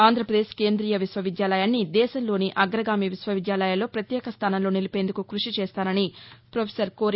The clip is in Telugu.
ఆంధ్రప్రదేశ్ కేంద్రీయ విశ్వవిద్యాలయాన్ని దేశంలోని అగ్రగామి విశ్వ విద్యాలయాల్లో ప్రత్యేక స్థానంలో నిలిపేందుకు కృషి చేస్తానని ప్రొఫెసర్ కోరి